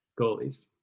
Goalies